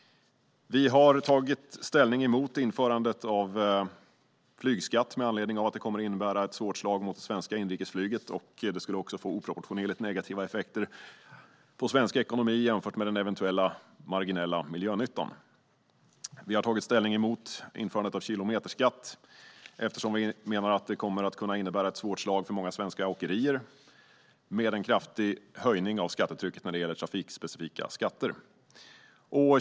Vi har tagit ställning mot ett införande av flygskatt, med anledning av att det kommer att innebära ett svårt slag mot det svenska inrikesflyget. Det skulle också få oproportionerligt negativa effekter för svensk ekonomi jämfört med den eventuella marginella miljönyttan. Vi har även tagit ställning mot införandet av kilometerskatt eftersom vi menar att det kan innebära ett svårt slag för många svenska åkerier i och med den kraftiga ökningen av skattetrycket när det gäller trafikspecifika skatter.